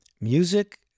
music